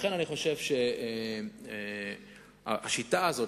לכן אני חושב שהשיטה הזאת,